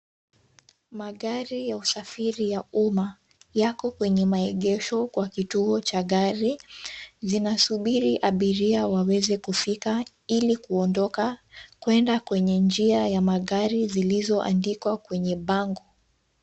Magari ya usafiri wa umma. Yako kwenye maegesho kwa kituo cha gari. Zinasubiri abiria waweze kufika ili kuondoka kuenda kwenye njia za magari zilizoandikwa kwenye bango.